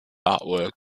artwork